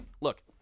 look